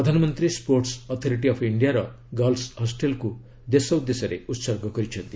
ପ୍ରଧାନମନ୍ତ୍ରୀ sports authority of ଇଣ୍ଡିଆର girls ହଷ୍ଟେଲକୁ ଦେଶ ଉଦ୍ଦେଶ୍ୟରେ ଉତ୍ସର୍ଗ କରିଛନ୍ତି